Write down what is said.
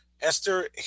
Esther